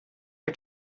are